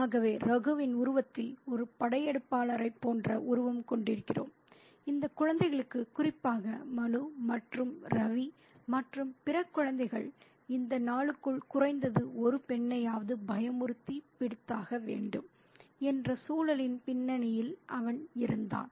ஆகவே ரகுவின் உருவத்தில் ஒரு படையெடுப்பாளரைக் போன்ற உருவம் கொண்டிருக்கிறோம் இந்த குழந்தைகளுக்கு குறிப்பாக மனு மற்றும் ரவி மற்றும் பிற குழந்தைகள் இந்த நாளுக்குள் குறைந்தது ஒரு பெண்ணையாவது பயமுறுத்தி பிடித்தாக வேண்டும் என்ற சூழலின் பின்னணியில் அவன் இருந்தான்